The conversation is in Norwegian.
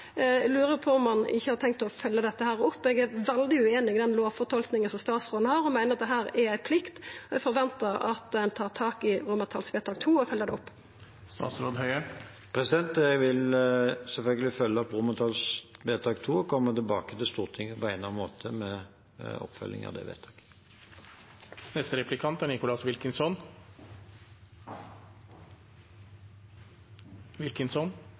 Eg lurer på om statsråden har tenkt å følgja opp vedtak II, om at ein skal ha avtale med taxiselskap. Eg er veldig ueinig i den lovfortolkinga statsråden har, og meiner at dette er ei plikt, og eg forventar at ein tar tak i vedtak II og følgjer det opp. Jeg vil selvfølgelig følge opp vedtak II og komme tilbake til Stortinget på egnet måte med oppfølging av